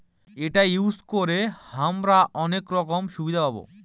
এটা ইউজ করে হামরা অনেক রকম সুবিধা পাবো